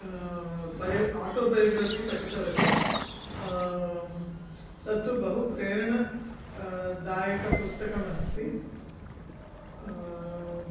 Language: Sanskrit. बयो आटो बयोग्रफि पठितवती तत्तु बहु प्रेरण दायक पुस्तकम् अस्ति